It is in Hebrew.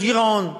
יש גירעון.